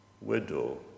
widow